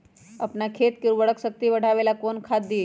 अपन खेत के उर्वरक शक्ति बढावेला कौन खाद दीये?